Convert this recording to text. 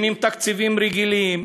והם עם תקציבים רגילים,